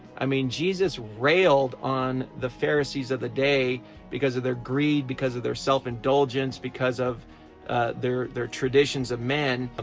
i mean, jesus railed on the pharisees of the day because of their greed, because of their self-indulgence, because of their their traditions of men.